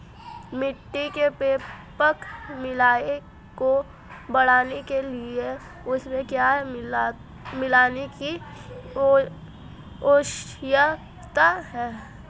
मिट्टी के पोषक मूल्य को बढ़ाने के लिए उसमें क्या मिलाने की आवश्यकता है?